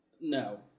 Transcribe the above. No